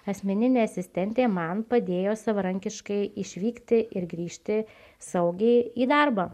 asmeninė asistentė man padėjo savarankiškai išvykti ir grįžti saugiai į darbą